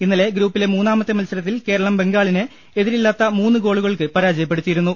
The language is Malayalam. ഇന്നലെ ഗ്രൂപ്പിലെ മൂന്നാമത്തെ മത്സരത്തിൽ കേരളം ബംഗാളിനെ എതിരില്ലാത്ത മൂന്ന് ഗോളുകൾക്ക് പരാജയപ്പെടുത്തിയിരുന്നു